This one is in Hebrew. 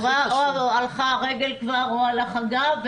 או הלכה כבר הרגל או הלך הגב.